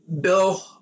Bill